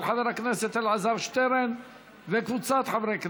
של חבר הכנסת אלעזר שטרן וקבוצת חברי הכנסת.